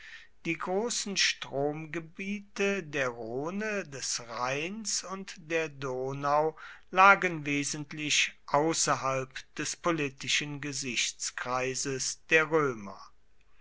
die großen stromgebiete der rhone des rheins und der donau lagen wesentlich außerhalb des politischen gesichtskreises der römer